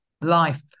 life